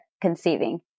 conceiving